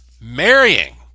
marrying